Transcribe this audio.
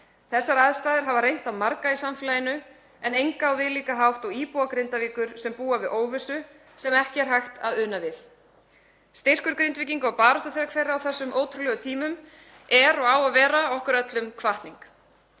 Þessar aðstæður hafa reynt á marga í samfélaginu en enga á viðlíka hátt og íbúa Grindavíkur sem búa við óvissu sem ekki er hægt að una við. Styrkur Grindvíkinga og baráttuþrek þeirra á þessum ótrúlegu tímum er og á að vera okkur öllum hvatning.